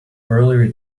earlier